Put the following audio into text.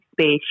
space